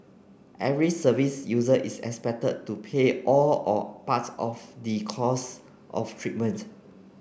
every service user is expected to pay all or part of the costs of treatment